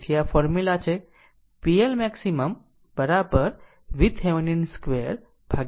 તેથી આ ફોર્મ્યુલા છે pLmax VThevenin 2 ભાગ્યા 4 RL છે